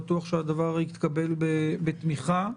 בטוח שהדבר יתקבל בתמיכה,